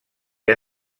que